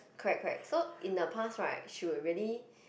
correct correct so in the past right she would really